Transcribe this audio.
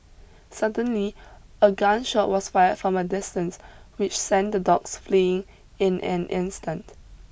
suddenly a gun shot was fired from a distance which sent the dogs fleeing in an instant